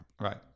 Right